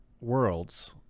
world's